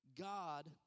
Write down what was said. God